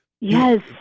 Yes